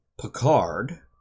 Picard